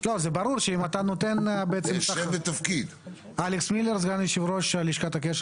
כי ההסדר של הבחירות לרשויות המקומיות צמוד